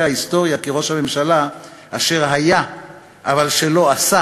ההיסטוריה כראש הממשלה אשר היה אבל שלא עשה,